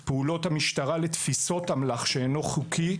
פעולות המשטרה לתפיסות אמל״ח שאינו חוקי,